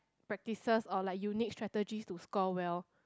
practices or like you need strategies to score well